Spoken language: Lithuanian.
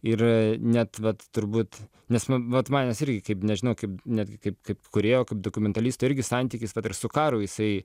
ir net vat turbūt nes nu vat manęs kaip nežinau kaip netgi kaip kaip kūrėjo kaip dokumentalis irgi santykis su karu jisai